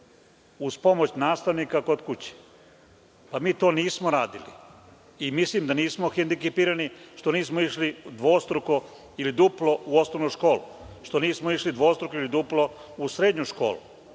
uz pomoć nastavnika kod kuće. Pa, mi to nismo radili i mislim da nismo hendikepirani što nismo išli dvostruko ili duplo u osnovnu školu, što nismo išli dvostruko ili duplo u srednju školu. Treba